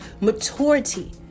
maturity